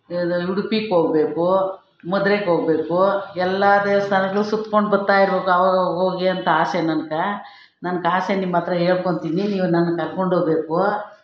ಉಡುಪಿಗ್ ಹೋಗ್ಬೇಕು ಮಧುರೈಗ್ ಹೋಗ್ಬೇಕು ಎಲ್ಲ ದೇವಸ್ಥಾನಗಳು ಸುತ್ಕೊಂಡು ಬತ್ತಾ ಇರಬೇಕು ಆವಾಗವಾಗ ಹೋಗಿ ಅಂತ ಆಸೆ ನನ್ಗೆ ನನ್ನ ಆಸೆ ನಿಮ್ಮ ಹತ್ರ ಹೇಳ್ಕೊಂತೀನಿ ನೀವು ನನ್ನ ಕರ್ಕೊಂಡು ಓಬೇಕು